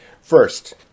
First